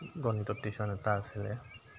গণিতৰ টিউচন এটা আছিলে